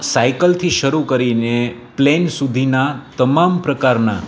સાઈકલથી શરૂ કરીને પ્લેન સુધીના તમામ પ્રકારના